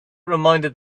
reminded